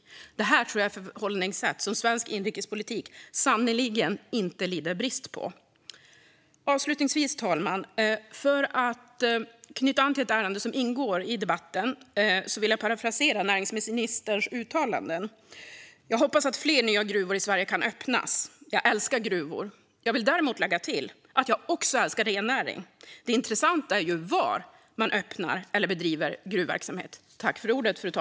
Detta tror jag är ett förhållningssätt som svensk inrikespolitik sannerligen lider brist på. Avslutningsvis, fru talman, vill jag, för att knyta an till ett ärende som ingår i debatten, parafrasera näringsministerns uttalanden. Jag hoppas att fler nya gruvor kan öppnas i Sverige. Jag älskar gruvor. Jag vill däremot lägga till att jag också älskar rennäring. Det intressanta är var man öppnar eller bedriver gruvverksamhet.